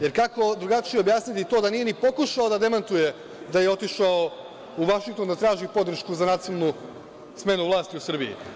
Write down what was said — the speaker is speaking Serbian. Jer, kako drugačije objasniti to da nije ni pokušao da demantuje da je otišao u Vašington da traži podršku za nasilnu smenu vlasti u Srbiji?